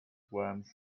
worms